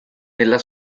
nella